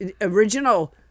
original